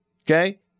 Okay